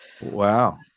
Wow